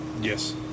Yes